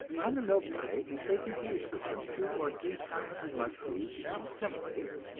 on the milk diet you take into your system two or three times as much food as you can assimilate,